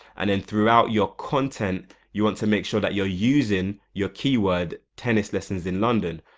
and then throughout your content you want to make sure that you're using your keyword tennis lessons in london.